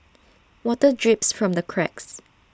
water drips from the cracks